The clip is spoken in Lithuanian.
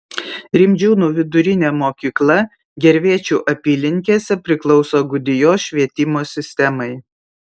rimdžiūnų vidurinė mokykla gervėčių apylinkėse priklauso gudijos švietimo sistemai